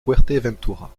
fuerteventura